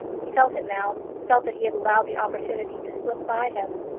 he felt it now felt that he had allowed the opportunity to slip by him.